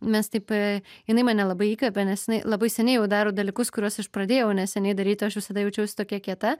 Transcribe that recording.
mes taip jinai mane labai įkvepia nes jinai labai seniai jau daro dalykus kuriuos aš pradėjau neseniai daryt o aš visada jaučiausi tokia kieta